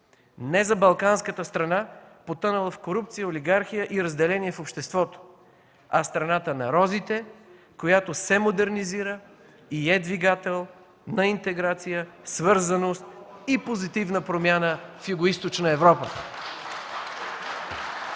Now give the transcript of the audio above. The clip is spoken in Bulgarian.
Не за балканската страна, потънала в корупция, олигархия и разделение в обществото, а страната на розите, която се модернизира и е двигател на интеграция, свързаност и позитивна промяна в Югоизточна Европа.